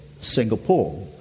Singapore